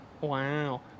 wow